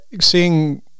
seeing